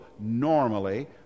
normally